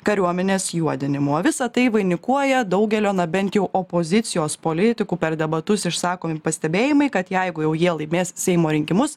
kariuomenės juodinimu o visa tai vainikuoja daugelio na bent jau opozicijos politikų per debatus išsakomi pastebėjimai kad jeigu jau jie laimės seimo rinkimus